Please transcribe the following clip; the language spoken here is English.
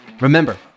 Remember